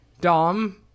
Dom